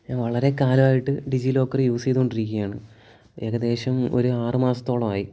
വളരെ കാലമായിട്ട് DigiLocker use ചെയ്തു കൊണ്ടിരിക്കുകയാണ് ഏകദേശം ഒരു ആറുമാസത്തോളമായി